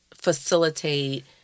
facilitate